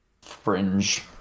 fringe